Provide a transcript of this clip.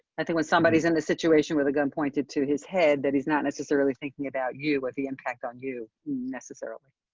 i think when somebody is in the situation with a gun pointed to his head that he's not necessarily thinking about you with the impact on you necessarily